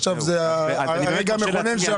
עכשיו זה הרגע המכונן.